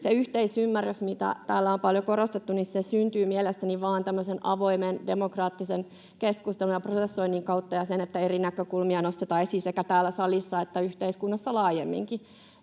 Se yhteisymmärrys, mitä täällä on paljon korostettu, syntyy mielestäni vain tämmöisen avoimen demokraattisen keskustelun ja prosessoinnin ja sen kautta, että eri näkökulmia nostetaan esiin sekä täällä salissa että yhteiskunnassa laajemminkin.